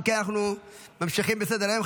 אם כן, אנחנו ממשיכים בסדר-היום.